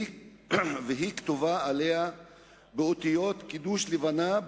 והיא כתובה עליו באותיות קידוש לבנה: